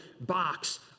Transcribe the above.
box